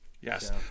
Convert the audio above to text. Yes